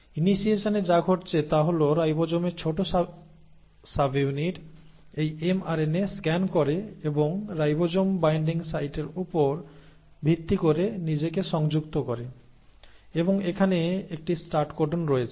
ইনিশিয়েশনে যা ঘটছে তা হল রাইবোজোমের ছোট সাবইউনিট এই এমআরএনএ স্ক্যান করে এবং রাইবোজোম বাইন্ডিং সাইটের উপর ভিত্তি করে নিজেকে সংযুক্ত করে এবং এখানে একটি স্টার্ট কোডন রয়েছে